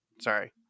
Sorry